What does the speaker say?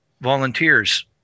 volunteers